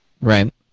Right